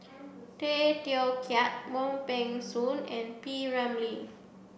Tay Teow Kiat Wong Peng Soon and P Ramlee